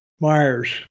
Myers